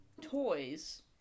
toys